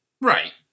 Right